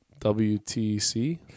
WTC